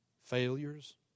failures